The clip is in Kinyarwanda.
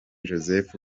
joseph